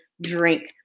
drink